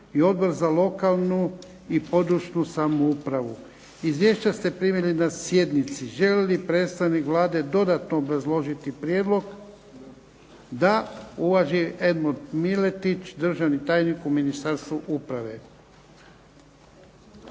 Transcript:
i Odbor za lokalnu i područnu samoupravu. Izvješća ste primili na sjednici. Želi li predstavnik Vlade dodatno obrazložiti prijedlog? Da. Uvaženi Edmond Miletić, državni tajnik u Ministarstvu uprave.